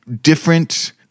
different